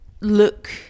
look